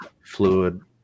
fluid